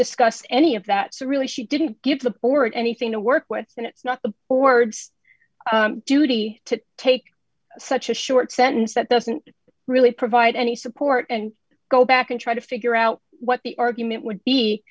discuss any of that so really she didn't give the porridge anything to work with and it's not the board's duty to take such a short sentence that doesn't really provide any support and go back and try to figure out what the argument would be